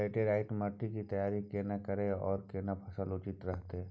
Laterite माटी की तैयारी केना करिए आर केना फसल उचित रहते?